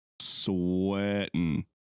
sweating